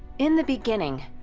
in the beginning,